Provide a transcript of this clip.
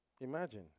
Imagine